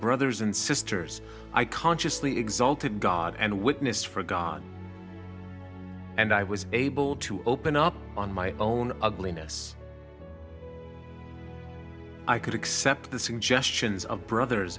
brothers and sisters i consciously exulted god and witness for god and i was able to open up on my own ugliness i could accept the suggestions of brothers